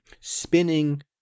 spinning